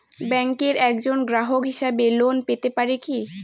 ব্যাংকের একজন গ্রাহক হিসাবে লোন পেতে পারি কি?